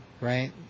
right